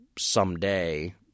someday –